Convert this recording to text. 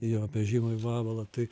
jo apie žymųjį vabalą tai